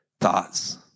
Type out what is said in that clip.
thoughts